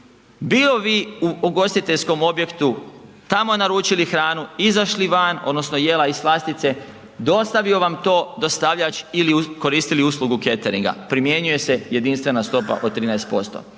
bili vi u ugostiteljskom objektu, tamo naručili hranu, izašli van odnosno jela i slastice, dostavio vam to dostavljač ili koristili uslugu cateringa primjenjuje se jedinstvena stopa od 13%,